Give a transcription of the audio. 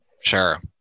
Sure